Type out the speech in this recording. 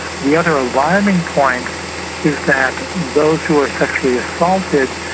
the other alarming point is that those who are sexually assaulted,